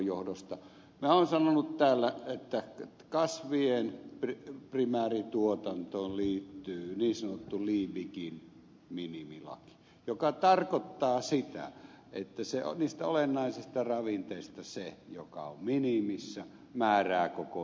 minä olen sanonut täällä että kasvien primäärituotantoon liittyy niin sanottu liebigin minimilaki joka tarkoittaa sitä että niistä olennaisista ravinteista se joka on minimissä määrää koko tuotannon tason